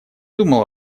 думал